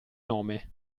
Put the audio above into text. nome